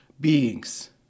beings